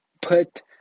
put